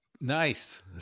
nice